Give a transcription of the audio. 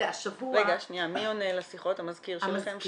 מי עונה לשיחות, המזכיר שלכם?